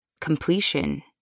completion